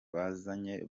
bazanye